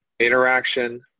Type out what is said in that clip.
interaction